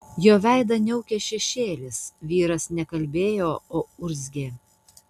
jo veidą niaukė šešėlis vyras ne kalbėjo o urzgė